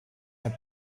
have